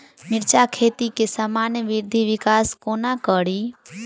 मिर्चा खेती केँ सामान्य वृद्धि विकास कोना करि?